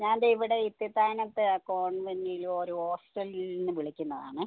ഞാൻ ദേ ഇവിടെ ഇത്തിത്താനത്ത് കോൺവെൻറിൽ ഒരു ഹോസ്റ്റലിൽ നിന്ന് വിളിക്കുന്നതാണേ